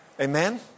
Amen